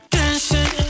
dancing